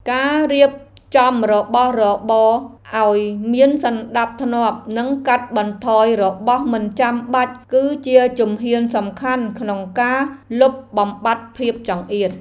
ការរៀបចំរបស់របរឱ្យមានសណ្តាប់ធ្នាប់និងកាត់បន្ថយរបស់មិនចាំបាច់គឺជាជំហានសំខាន់ក្នុងការលុបបំបាត់ភាពចង្អៀត។